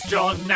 John